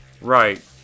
right